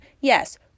Yes